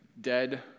Dead